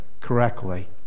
correctly